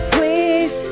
Please